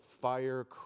fire